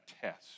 test